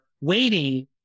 waiting